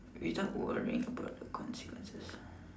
without worrying about the consequences